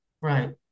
Right